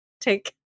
Take